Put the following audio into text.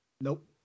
Nope